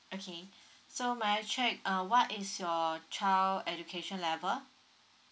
okay so may I check uh what is your child education level